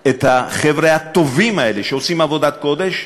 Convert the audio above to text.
את החבר'ה הטובים האלה, שעושים עבודת קודש,